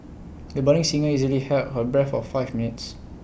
the budding singer easily held her breath for five minutes